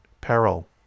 peril